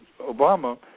Obama